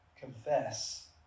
Confess